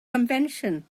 convention